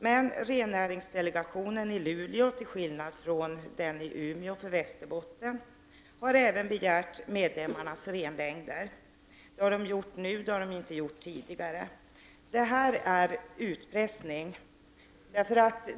Men rennäringsdelegationen i Luleå, till skillnad från den i Umeå för Västerbotten, har även begärt medlemmarnas renlängder. Det har delegationen gjort nu men inte tidigare. Detta är utpressning.